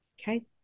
okay